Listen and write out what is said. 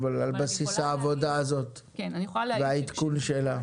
אבל על בסיס העבודה הזאת והעדכון שלה.